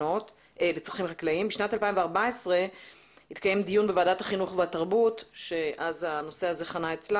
בשנת 2014 התקיים דיון בוועדת החינוך והתרבות בנושא